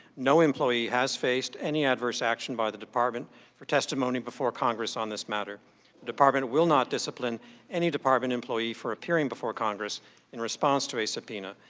no employee has faced any adverse action by the department for testimony before congress on this matter. the department will not discipline any department employee for appearing before congress in response to a subpoena.